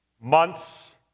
months